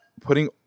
putting